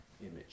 image